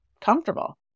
comfortable